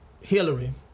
Hillary